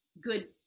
good